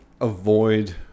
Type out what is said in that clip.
avoid